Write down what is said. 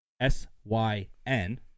S-Y-N